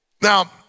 Now